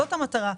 זאת המטרה.